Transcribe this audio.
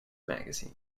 magazine